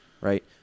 Right